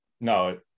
No